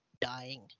dying